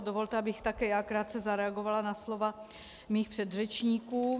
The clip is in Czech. Dovolte, abych také já krátce zareagovala na slova svých předřečníků.